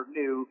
new